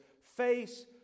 face